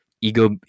ego